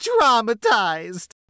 traumatized